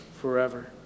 forever